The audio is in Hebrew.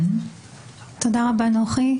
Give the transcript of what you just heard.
תודה רבה נוחי,